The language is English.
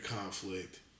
conflict